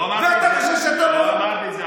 לא אמרתי את זה.